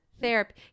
therapy